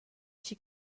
chi